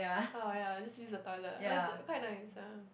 orh ya just use the toilet ah cause quite nice ya